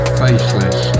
faceless